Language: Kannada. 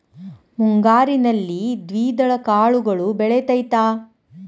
ಮುಂಗಾರಿನಲ್ಲಿ ದ್ವಿದಳ ಕಾಳುಗಳು ಬೆಳೆತೈತಾ?